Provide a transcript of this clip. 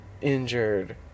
injured